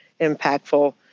impactful